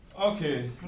Okay